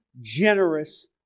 generous